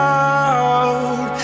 out